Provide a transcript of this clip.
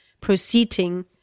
proceeding